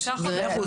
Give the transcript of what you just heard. מאה אחוז.